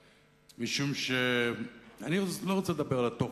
אני לא רוצה לדבר על התוכן,